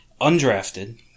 undrafted